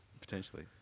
potentially